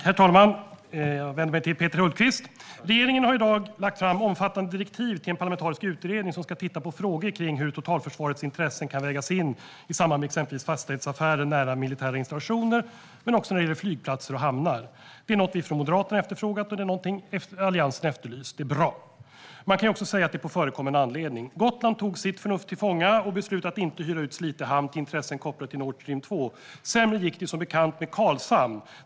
Herr talman! Jag vänder mig till Peter Hultqvist. Regeringen har i dag lagt fram omfattande direktiv till en parlamentarisk utredning som ska titta på frågor kring hur totalförsvarets intressen kan vägas in i samband med exempelvis fastighetsaffärer nära militära installationer. Det gäller också flygplatser och hamnar. Detta är bra. Det är något som vi från Moderaterna efterfrågat och som Alliansen har efterlyst. Man kan också säga att det sker på förekommen anledning. Gotland tog sitt förnuft till fånga och beslutade att inte hyra ut Slite hamn till intressen kopplade till Nord Stream 2. Sämre gick det som bekant med Karlshamn.